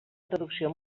traducció